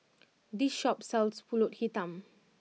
this shop sells Pulut Hitam